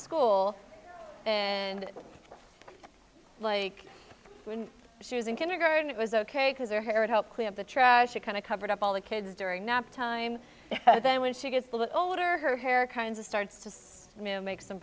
school and like when she was in kindergarten it was ok because her hair it helped clean up the trash it kind of covered up all the kids during nap time then when she gets older her hair kinds of starts to move makes some